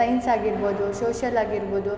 science ಆಗಿರ್ಬೋದು social ಆಗಿರ್ಬೋದು